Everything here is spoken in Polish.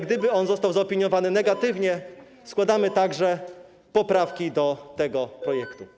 Gdyby on został zaopiniowany negatywnie, składamy także poprawki do tego projektu.